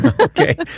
Okay